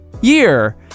year